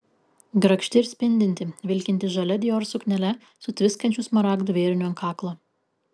grakšti ir spindinti vilkinti žalia dior suknele su tviskančiu smaragdų vėriniu ant kaklo